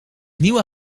nieuwe